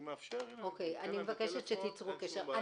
אני מבקשת שתיצרו קשר.